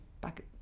back